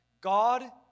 God